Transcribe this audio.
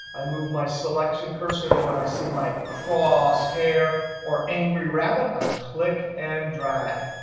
i move my selection cursor. and when i see my crosshair or angry rabbit, i click and drag.